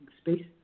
space